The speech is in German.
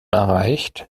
erreicht